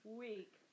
week